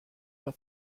der